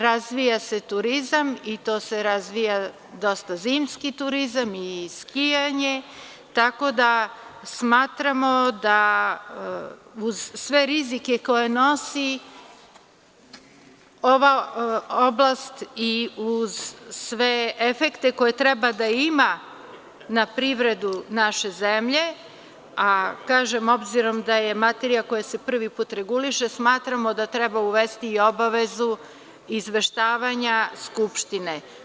Razvija se turizam i to se razvija dosta zimski turizam i skijanje, tako da, uz sve rizike koje nosi ova oblast i uz sve efekte koje treba da ima na privredu naše zemlje, a kažem obzirom da je materija koja se prvi put reguliše, smatramo da treba uvesti i obavezu izveštavanja Skupštine.